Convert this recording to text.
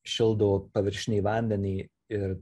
šildo paviršinį vandenį ir